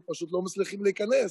אנחנו מודעים ויודעים שיש עומסים.